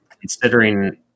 considering